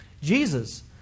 Jesus